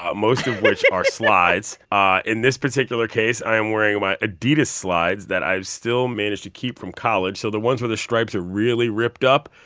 most of. which are slides. ah in this particular case, i am wearing my adidas slides that i've still managed to keep from college, so the ones where the stripes are really ripped up.